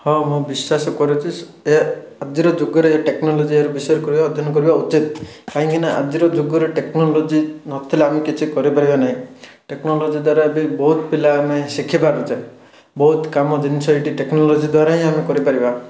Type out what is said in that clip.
ହଁ ମୁଁ ବିଶ୍ୱାସ କରୁଛି ଏ ଆଜିର ଯୁଗରେ ଏ ଟେକ୍ନୋଲୋଜି ଏହାର ବିଷୟରେ କହିବା ଅଧ୍ୟୟନ କରିବା ଉଚିତ କାହିଁକିନା ଆଜିର ଯୁଗରେ ଟେକ୍ନୋଲୋଜି ନଥିଲେ ଆମେ କିଛି କରିପାରିବା ନାହିଁ ଟେକ୍ନୋଲୋଜି ଦ୍ୱାରା ବି ବହୁତ ପିଲା ଆମେ ଶିଖିପାରୁଛେ ବହୁତ କାମ ଜିନିଷ ଏଠି ଟେକ୍ନୋଲୋଜି ଦ୍ୱାରା ହିଁ ଆମେ କରିପାରିବା